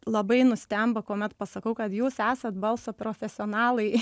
labai nustemba kuomet pasakau kad jūs esat balso profesionalai